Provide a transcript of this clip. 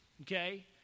okay